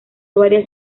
varias